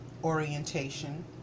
orientation